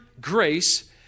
grace